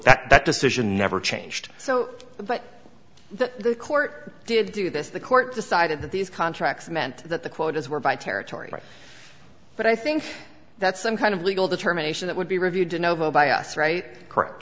that that decision never changed so that the court did do this the court decided that these contracts meant that the quotas were by territory but i think that's some kind of legal determination that would be reviewed to nova by us right correct